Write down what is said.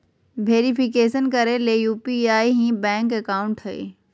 verification करे ले UPI ही बैंक अकाउंट हइ